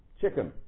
chicken